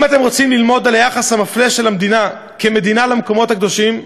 אם אתם רוצים ללמוד על היחס המפלה של המדינה כמדינה למקומות הקדושים,